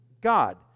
God